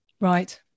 Right